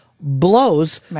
blows